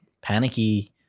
panicky